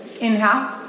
Inhale